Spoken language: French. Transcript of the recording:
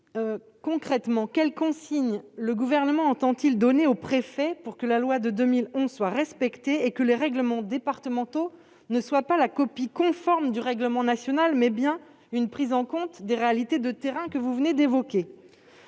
d'État, quelles consignes le Gouvernement entend-il donner aux préfets pour que la loi de 2011 soit respectée et que les règlements départementaux ne soient pas la copie conforme du règlement national, mais bien le reflet d'une prise en compte des réalités de terrain que vous venez d'évoquer ?